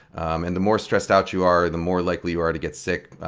um and the more stressed out you are the more likely you are to get sick,